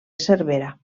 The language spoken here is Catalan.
cervera